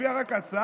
מופיעה רק ההצעה: